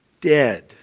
dead